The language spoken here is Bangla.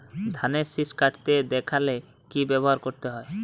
ধানের শিষ কাটতে দেখালে কি ব্যবহার করতে হয়?